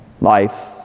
Life